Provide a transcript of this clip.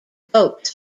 boats